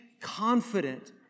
confident